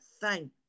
thank